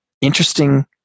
interesting